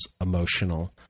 emotional